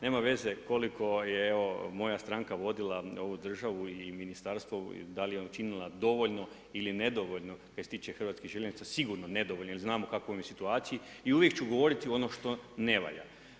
Nema veze koliko je moja stranka vodila ovu državu i ministarstvo, da li je učinila dovoljno ili nedovoljno kaj se tiče Hrvatskih željeznica, sigurno nedovoljno jer znamo u kakvoj su situaciji i uvijek ću govoriti ono što ne valja.